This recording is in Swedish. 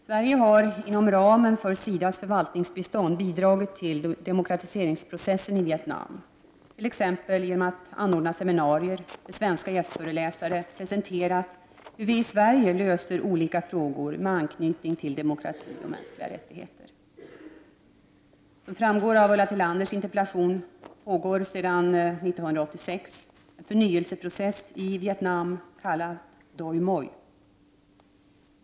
Sverige har inom ramen för SIDA:s förvaltningsbistånd bidragit till demokratiseringsprocessen i Vietnam, t.ex. genom att anordna seminarier där svenska gästföreläsare presenterat hur vi i Sverige löser olika frågor med anknytning till demokrati och mänskliga rättigheter. Som framgår av Ulla Tillanders interpellation pågår sedan år 1986 en förnyelseprocess i Vietnam kallad ”doi moi”.